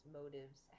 motives